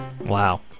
Wow